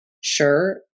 sure